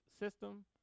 System